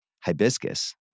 hibiscus